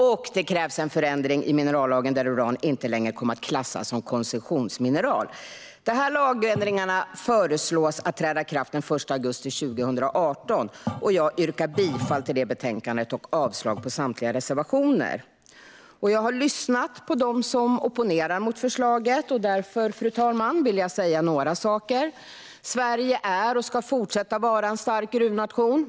Och det krävs en förändring i minerallagen där uran inte längre kommer att klassas som ett koncessionsmineral. Dessa lagändringar föreslås träda i kraft den 1 augusti 2018. Jag yrkar bifall till utskottets förslag och avslag på samtliga reservationer. Jag har lyssnat på dem som opponerar mot förslaget. Därför, fru talman, vill jag säga några saker. Sverige är och ska fortsätta att vara en stark gruvnation.